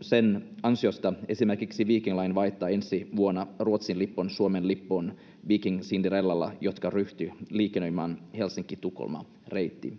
sen ansiosta esimerkiksi Viking Line vaihtaa ensi vuonna Ruotsin lipun Suomen lippuun Viking Cinderellalla, joka ryhtyy liikennöimään Helsinki—Tukholma-reittiä.